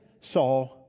saw